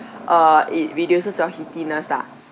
uh it reduces your heatiness lah